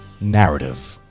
narrative